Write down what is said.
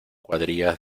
cuadrillas